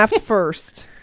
first